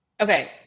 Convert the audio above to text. Okay